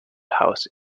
house